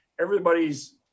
Everybody's